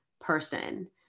person